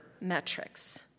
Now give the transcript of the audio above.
metrics